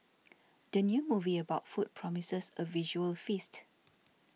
the new movie about food promises a visual feast